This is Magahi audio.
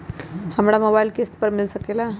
हमरा मोबाइल किस्त पर मिल सकेला?